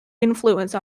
influence